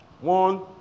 One